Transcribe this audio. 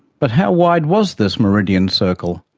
but how wide was this meridian circle?